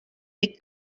dic